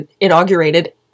inaugurated